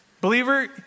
Believer